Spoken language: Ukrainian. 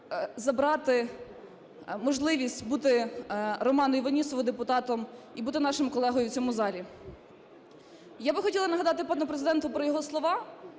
забрати можливість бути Роману Іванісову депутатом і бути нашим колегою в цьому залі. Я би хотіла нагадати пану Президенту про його слова